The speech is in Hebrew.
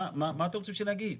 מה אתם רוצים שנגיד?